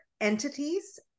entities